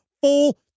full